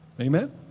Amen